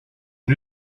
new